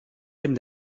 dem